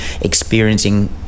experiencing